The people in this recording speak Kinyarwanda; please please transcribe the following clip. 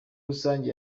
rusange